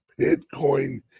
bitcoin